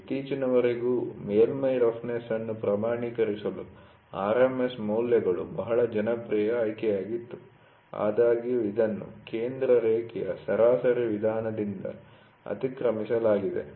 ಇತ್ತೀಚಿನವರೆಗೂ ಮೇಲ್ಮೈ ರಫ್ನೆಸ್ ಅನ್ನು ಪ್ರಮಾಣೀಕರಿಸಲು RMS ಮೌಲ್ಯಗಳು ಬಹಳ ಜನಪ್ರಿಯ ಆಯ್ಕೆಯಾಗಿತ್ತು ಆದಾಗ್ಯೂ ಇದನ್ನು ಕೇಂದ್ರ ರೇಖೆಯ ಸರಾಸರಿ ವಿಧಾನದಿಂದ ಅತಿಕ್ರಮಿಸಲಾಗಿದೆ